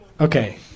Okay